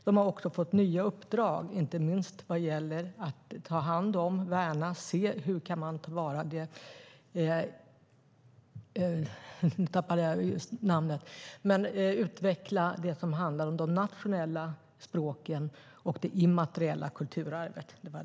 De har också fått nya uppdrag, inte minst när det gäller att utveckla det som handlar om de nationella språken och det immateriella kulturarvet.